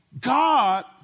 God